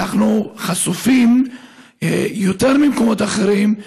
ואנחנו חשופים יותר ממקומות אחרים,